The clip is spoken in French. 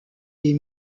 des